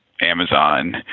Amazon